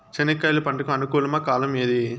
చెనక్కాయలు పంట కు అనుకూలమా కాలం ఏది?